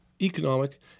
Economic